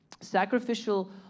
Sacrificial